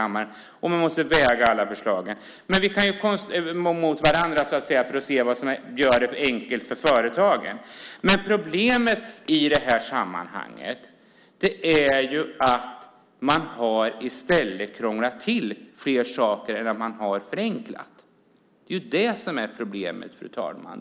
Man måste väga alla förslag mot varandra för att se vad som gör det enkelt för företagen. Problemet i det här sammanhanget är att man i stället har krånglat till fler saker än man har förenklat. Det är det som är problemet, fru talman.